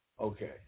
Okay